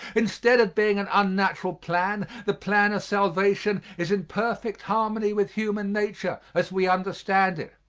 instead of being an unnatural plan, the plan of salvation is in perfect harmony with human nature as we understand it.